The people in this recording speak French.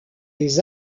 des